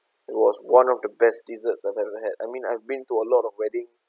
it was one of the best desserts I've ever had I mean I've been to a lot of weddings